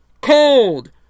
Cold